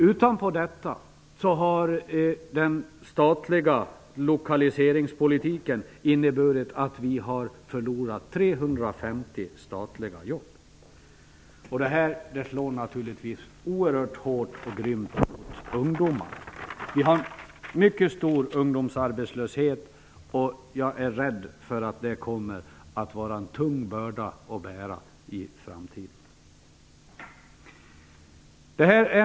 Därutöver har den statliga lokaliseringspolitiken inneburit att vi har förlorat 350 statliga jobb, och detta slår naturligtvis oerhört hårt och grymt mot ungdomar. Vi har en mycket stor ungdomsarbetslöshet, och jag är rädd för att det kommer att vara en tung börda att bära i framtiden.